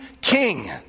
king